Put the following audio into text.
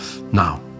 now